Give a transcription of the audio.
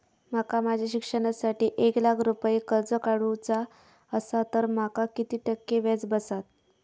माका माझ्या शिक्षणासाठी एक लाख रुपये कर्ज काढू चा असा तर माका किती टक्के व्याज बसात?